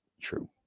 true